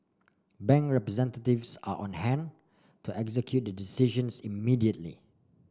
bank representatives are on hand to execute the decisions immediately